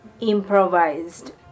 improvised